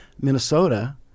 Minnesota